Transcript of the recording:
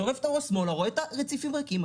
מסובב את הראש שמאלה, אני רואה את הרציפים ריקים.